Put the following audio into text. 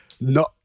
no